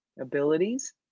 abilities